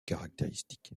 caractéristique